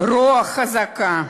חזקה,